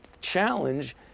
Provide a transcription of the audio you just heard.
challenge